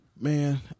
Man